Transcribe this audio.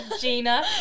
Gina